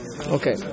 Okay